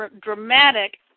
dramatic